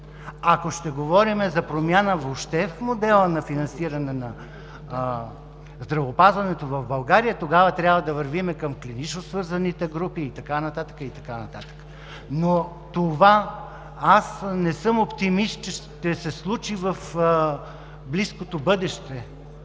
Ако ще говорим за промяна въобще в модела на финансиране на здравеопазването в България, тогава трябва да вървим към клинично свързаните групи и така нататък, и така нататък. Но аз не съм оптимист, че това ще се случи в близкото бъдеще,